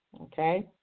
Okay